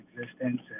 existence